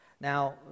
Now